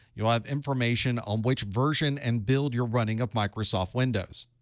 you'll have information on which version and build you're running of microsoft windows.